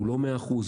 הוא לא 100 אחוז,